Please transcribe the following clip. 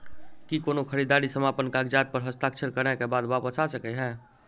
की कोनो खरीददारी समापन कागजात प हस्ताक्षर करे केँ बाद वापस आ सकै है?